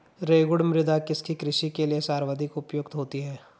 रेगुड़ मृदा किसकी कृषि के लिए सर्वाधिक उपयुक्त होती है?